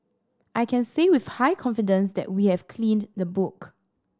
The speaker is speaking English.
I can say with high confidence that we have cleaned the book